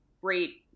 great